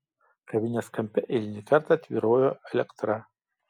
kavinės kampe eilinį kartą tvyrojo elektra